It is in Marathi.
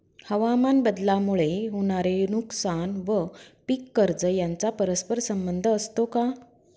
हवामानबदलामुळे होणारे नुकसान व पीक कर्ज यांचा परस्पर संबंध असतो का?